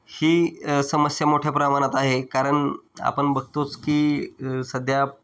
ही समस्या मोठ्या प्रमाणात आहे कारण आपण बघतोच की सध्या